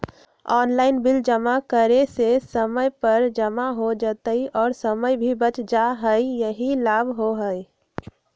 Online bill जमा करे से समय पर जमा हो जतई और समय भी बच जाहई यही लाभ होहई?